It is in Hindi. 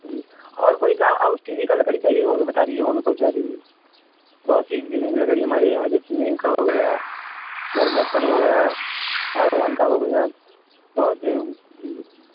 जी और कोई काम और किसी का लकड़ी चाहिए वो भी बता दीजिए वो भी पहुँचा देंगे बहुत सी किस्म की लड़की हमारे यहाँ जैसे नीम का हो गया बरगद का हो गया सागवान का हो गया बहुत सी